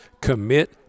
commit